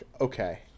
okay